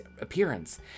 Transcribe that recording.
appearance